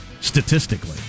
Statistically